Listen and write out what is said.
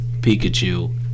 pikachu